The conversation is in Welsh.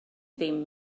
ddim